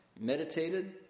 meditated